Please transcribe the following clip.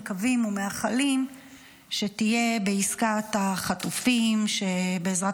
מקווים ומאחלים שתהיה בעסקת החטופים שבעזרת